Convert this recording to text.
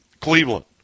Cleveland